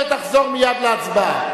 תצא ותחזור מייד להצבעה.